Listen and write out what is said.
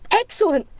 excellent!